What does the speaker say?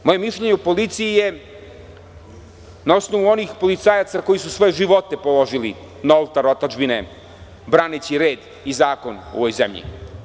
Moje mišljenje o policiji je na osnovu onih policajaca koji su svoje živote položili na oltar otadžbine, braneći red i zakon u ovoj zemlji.